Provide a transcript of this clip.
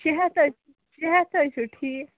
شیےٚ ہتھ حظ شیےٚ ہتھ حظ چھُ ٹھیٖکھ